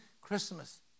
Christmas